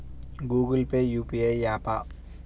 Google Pay UPI య్యాపా?